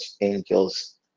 angels